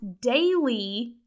daily